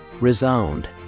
ReSound